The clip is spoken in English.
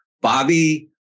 Bobby